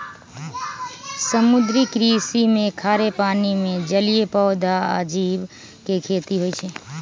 समुद्री कृषि में खारे पानी में जलीय पौधा आ जीव के खेती होई छई